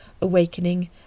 awakening